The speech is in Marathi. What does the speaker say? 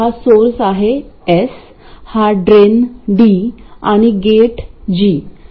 हा सोर्स आहे S ड्रेन D आणि गेट G